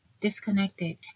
disconnected